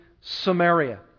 Samaria